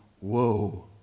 whoa